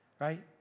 right